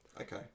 Okay